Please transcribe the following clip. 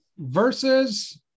versus